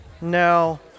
No